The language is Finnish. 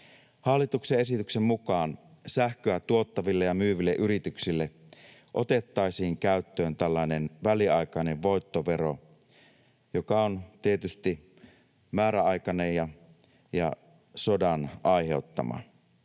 Hallituksen esityksen mukaan sähköä tuottaville ja myyville yrityksille otettaisiin käyttöön tällainen väliaikainen voittovero, joka on tietysti määräaikainen ja sodan aiheuttama.